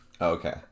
okay